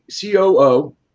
COO